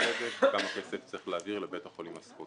צדק וכמה כסף צריך להעביר לבית החולים הסקוטי.